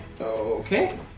Okay